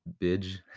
Bitch